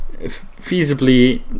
feasibly